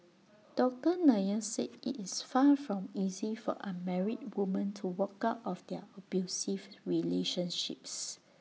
doctor Nair said IT is far from easy for unmarried woman to walk out of their abusive relationships